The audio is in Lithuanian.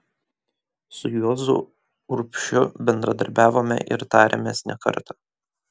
su juozu urbšiu bendradarbiavome ir tarėmės ne kartą